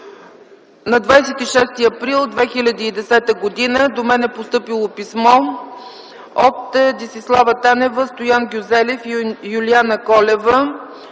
На 26 април 2010 г. до мен е постъпило писмо от Десислава Танева, Стоян Гюзелев и Юлиана Колева,